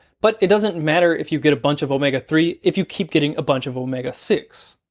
but it doesn't matter if you get a bunch of omega three if you keep getting a bunch of omega six.